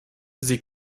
sie